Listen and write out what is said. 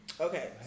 Okay